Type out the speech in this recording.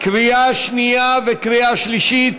קריאה שנייה וקריאה שלישית.